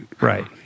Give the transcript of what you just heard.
right